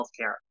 Healthcare